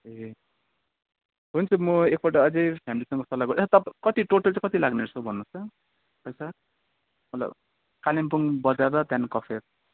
ए हुन्छ म एकपल्ट अझै फेमिलीसँग सल्लाह गर्छु ए तप कति टोटल चाहिँ कति लाग्ने रहेछ भन्नुहोस् त पैसा मतलब कालिम्पोङ बजार र त्यहाँदेखि कफेर